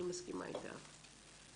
אני מסכימה איתך,